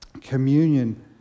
communion